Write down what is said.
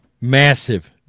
massive